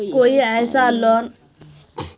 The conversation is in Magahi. कोई ऐसा लोन होचे जहार कोई भुगतान नी छे?